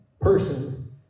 person